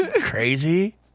Crazy